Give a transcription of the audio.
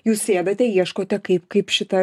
jūs sėdate ieškote kaip kaip šitą